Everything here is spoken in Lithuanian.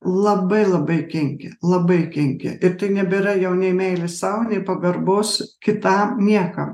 labai labai kenkia labai kenkia ir tai nebėra jau nei meilės sau nei pagarbos kitam niekam